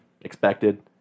expected